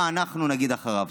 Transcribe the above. מה אנחנו נגיד אחריו?